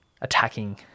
attacking